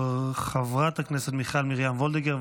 חברת הכנסת מיכל מרים וולדיגר,